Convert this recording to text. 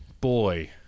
boy